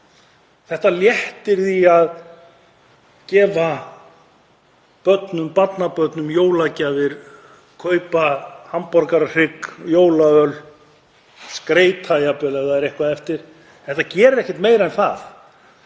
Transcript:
Þetta léttir því að gefa börnum og barnabörnum jólagjafir, kaupa hamborgarahrygg og jólaöl, skreyta jafnvel ef það er eitthvað eftir. Þetta gerir ekkert meira en það